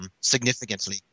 Significantly